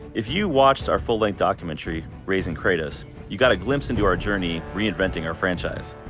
if you watched our full-length documentary, raising kratos, you got a glimpse into our journey reinventing our franchise.